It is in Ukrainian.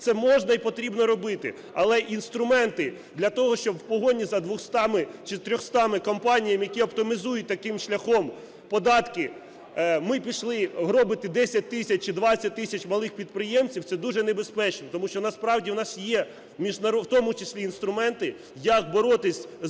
Це можна і потрібно робити. Але інструменти для того, щоб у погоні за 200 чи 300 компаніями, які оптимізують таким шляхом податки, ми пішли гробити 10 тисяч чи 20 тисяч малих підприємців, це дуже небезпечно. Тому що насправді у нас є в тому числі інструменти, як боротись з